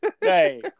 Hey